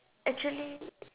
actually